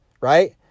right